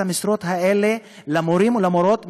המשרות האלה למורים ולמורות מהדרום,